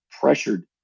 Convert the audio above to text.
pressured